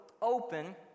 open